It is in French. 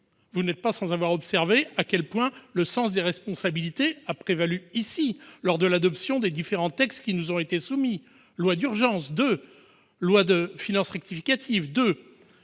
Vous n'êtes pas sans avoir observé à quel point le sens des responsabilités a prévalu, ici, lors de l'adoption des différents textes qui nous ont été soumis : deux lois d'urgence, deux lois de finances rectificatives. Nous